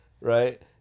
right